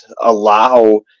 allow